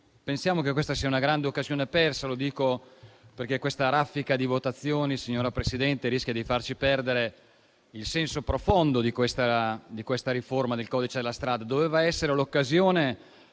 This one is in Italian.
pensiamo che questa sia una grande occasione persa. Lo dico perché questa raffica di votazioni, signora Presidente, rischia di farci perdere il senso profondo di questa riforma del codice della strada. Doveva essere l'occasione